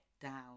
down